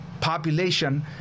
population